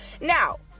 Now